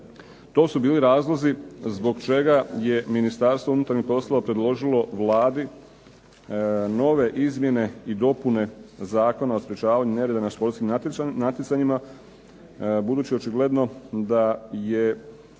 To su bili razlozi zbog čega je Ministarstvo unutarnjih poslova predložilo Vladi nove izmjene i dopune Zakona o sprečavanju nereda na športskim natjecanjima, budući očigledno da je